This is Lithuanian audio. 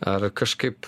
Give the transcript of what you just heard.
ar kažkaip